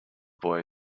boy